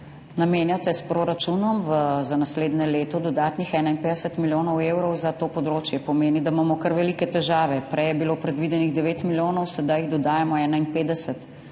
področje s proračunom za naslednje leto dodatnih 51 milijonov evrov, pomeni, da imamo kar velike težave. Prej je bilo predvidenih 9 milijonov, sedaj jih dodajamo 51.